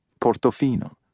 Portofino